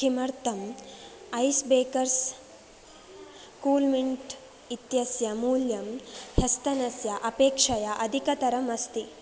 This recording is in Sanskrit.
किमर्थम् ऐस् ब्रेकर्स् कूल्मिण्ट् इत्यस्य मूल्यं ह्यस्तनस्य अपेक्षया अधिकतरम् अस्ति